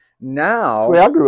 Now